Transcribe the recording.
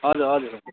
हजुर हजुर